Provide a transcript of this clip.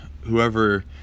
whoever